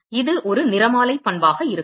இது ஒரு நிறமாலை பண்பாக இருக்கும்